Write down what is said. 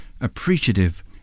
appreciative